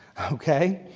okay?